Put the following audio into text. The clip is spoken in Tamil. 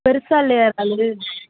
பெருசாக இல்லையா றாலு